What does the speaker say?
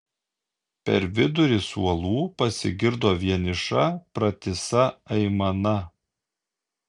per vidurį suolų pasigirdo vieniša pratisa aimana